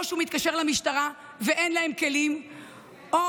או שהוא מתקשר למשטרה ואין להם כלים או